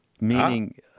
meaning